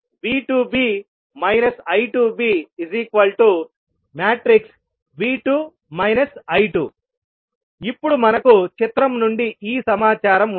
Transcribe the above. V2b I2b V2 I2 ఇప్పుడు మనకు చిత్రం నుండి ఈ సమాచారం ఉంది